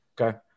Okay